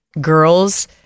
girls